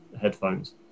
headphones